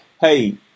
hey –